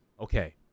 okay